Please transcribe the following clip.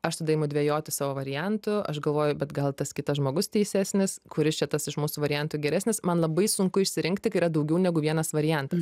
aš tada imu dvejoti savo variantų aš galvoju bet gal tas kitas žmogus teisesnis kuris čia tas iš mūsų variantų geresnis man labai sunku išsirinkti kai yra daugiau negu vienas variantas